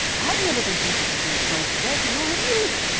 i've never been tempted to turn stones to bread, nor have you!